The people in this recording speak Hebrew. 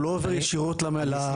הוא לא עובר ישירות למטפלת.